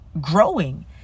growing